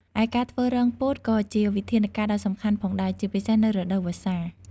ឯការធ្វើរងពោតក៏ជាវិធានការដ៏សំខាន់ផងដែរ ជាពិសេសនៅ រដូវវស្សា។